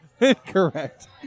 Incorrect